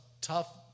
tough